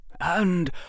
And